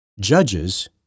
judges